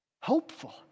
hopeful